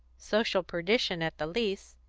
social perdition at the least.